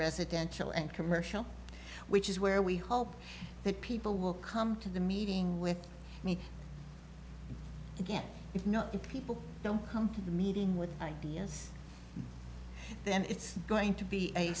residential and commercial which is where we hope that people will come to the meeting with me again if not the people don't come to the meeting with ideas then it's going to be a